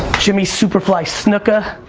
jimmy superfly snuka.